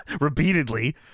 repeatedly